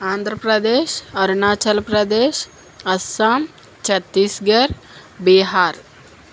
Andhra Pradesh Arunachal Pradesh Assam Chhattisgarh Bihar